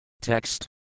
Text